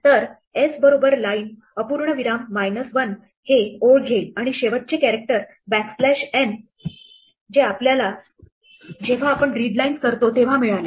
तर s बरोबर line अपूर्णविराम minus 1 हे ओळ घेईल आणि शेवटचे कॅरेक्टर बॅकस्लॅश n जे आपल्याला जेव्हा आपण readlines करतो तेव्हा मिळाले